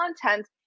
content